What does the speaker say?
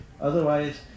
Otherwise